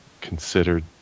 considered